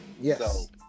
Yes